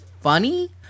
funny